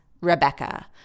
Rebecca